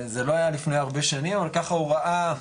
זה לא היה לפני הרבה שנים אבל ככה הוא ראה.